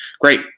great